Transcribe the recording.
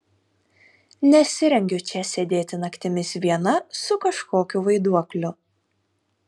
nesirengiu čia sėdėti naktimis viena su kažkokiu vaiduokliu